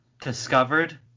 discovered